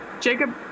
jacob